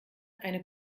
eine